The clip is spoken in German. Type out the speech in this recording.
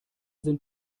sind